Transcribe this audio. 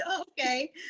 Okay